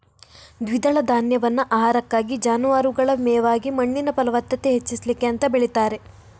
ದ್ವಿದಳ ಧಾನ್ಯವನ್ನ ಆಹಾರಕ್ಕಾಗಿ, ಜಾನುವಾರುಗಳ ಮೇವಾಗಿ ಮಣ್ಣಿನ ಫಲವತ್ತತೆ ಹೆಚ್ಚಿಸ್ಲಿಕ್ಕೆ ಅಂತ ಬೆಳೀತಾರೆ